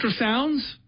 ultrasounds